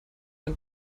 ein